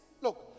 Look